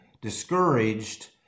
discouraged